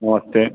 नमस्ते